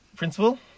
Principal